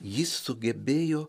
jis sugebėjo